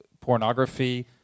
pornography